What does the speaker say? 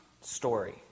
story